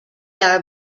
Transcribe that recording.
are